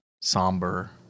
somber